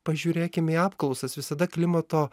pažiūrėkim į apklausas visada klimato